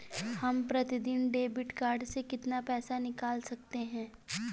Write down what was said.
हम प्रतिदिन debit card से कितना पैसा निकाल सकते हैं?